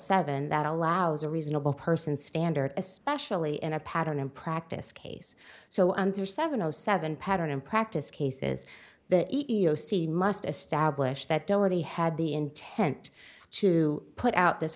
seven that allows a reasonable person standard especially in a pattern and practice case so under seven zero seven pattern and practice cases the e e o c must establish that dougherty had the intent to put out this